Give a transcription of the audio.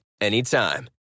anytime